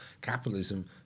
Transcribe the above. capitalism